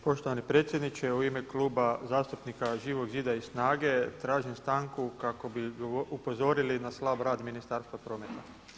Poštovani predsjedniče, u ime Kluba zastupnika Živog zida i SNAGA-e tražim stanku kako bi upozorili na slab rad Ministarstva prometa.